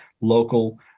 local